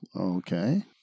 Okay